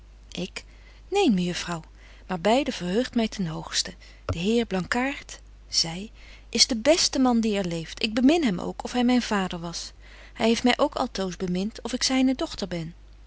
ik neen mejuffrouw maar beide verheugt my ten hoogsten de heer blankaart zy is de beste man die er leeft ik bemin hem ook of hy myn vader was hy heeft my ook altoos bemint of ik zyne dochter ben